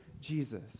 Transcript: Jesus